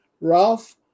Ralph